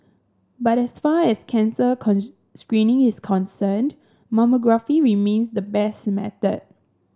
but as far as cancer screening is concerned mammography remains the best method